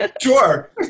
Sure